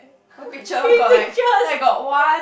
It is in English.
one picture got like then I got one